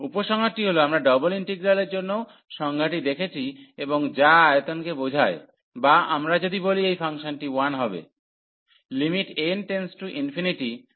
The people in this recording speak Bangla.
উপসংহারটি হল আমরা ডাবল ইন্টিগ্রালের জন্যও সংজ্ঞাটি দেখেছি এবং যা আয়তনকে ঝোঝায় বা আমরা যদি বলি এই ফাংশনটি 1 হবে